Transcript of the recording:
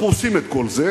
אנחנו עושים את כל זה,